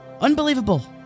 Unbelievable